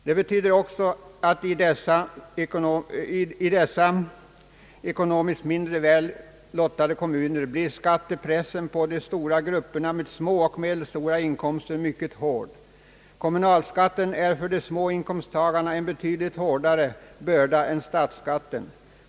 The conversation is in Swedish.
Det betyder också att i dessa ekonomiskt mindre väl lottade kommuner blir skattepressen på de stora grupperna med små och medelstora inkomster mycket hård. Kommunalskatten är för de små inkomsttagarna en betydligt hårdare börda än statsskatten.